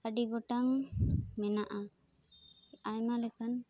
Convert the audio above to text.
ᱟᱰᱤᱜᱚᱴᱟᱝ ᱢᱮᱱᱟᱜᱼᱟ ᱟᱭᱢᱟ ᱞᱮᱠᱟᱱ